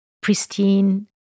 pristine